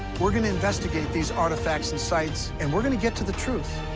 we're going to investigate these artifacts and sites, and we're going to get to the truth.